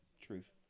Truth